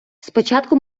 спочатку